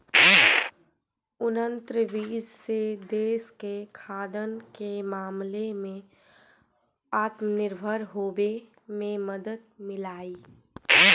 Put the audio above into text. उन्नत बीज से देश के खाद्यान्न के मामले में आत्मनिर्भर होवे में मदद मिललई